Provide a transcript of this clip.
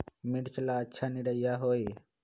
मिर्च ला अच्छा निरैया होई?